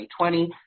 2020